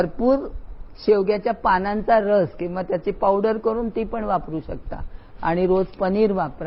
भरपूर शेवग्याचा पानांचा रस किंवा तिची पावडर करून ती पण वापरू शकता रोज पनीर वापरा